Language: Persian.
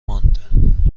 ماند